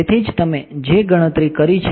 તેથી ગણતરી કરો